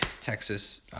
Texas